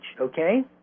Okay